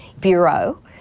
bureau